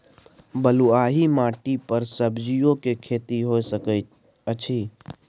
बलुआही माटी पर सब्जियां के खेती होय सकै अछि?